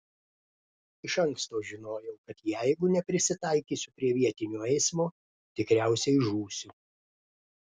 iš anksto žinojau kad jeigu neprisitaikysiu prie vietinio eismo tikriausiai žūsiu